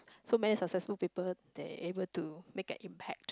so many successful people they able to make an impact